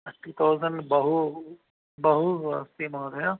thirty thousand बहु बहु अस्ति महोदय